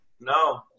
No